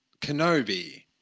Kenobi